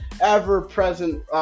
ever-present